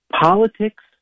Politics